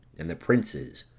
and the princes,